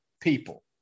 people